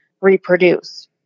reproduce